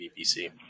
VPC